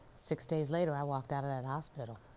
six days later, i walked out of that hospital.